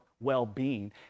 well-being